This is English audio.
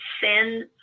sin